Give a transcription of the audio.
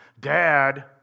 Dad